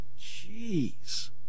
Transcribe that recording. Jeez